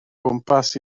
gwmpas